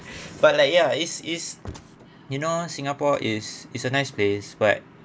but like ya is is you know singapore is is a nice place but